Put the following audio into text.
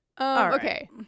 Okay